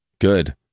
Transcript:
Good